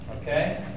Okay